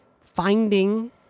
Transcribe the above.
finding